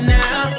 now